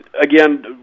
again